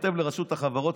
כותב לרשות החברות,